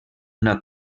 una